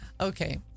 Okay